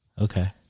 Okay